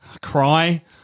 Cry